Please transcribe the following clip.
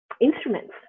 instruments